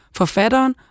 forfatteren